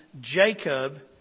Jacob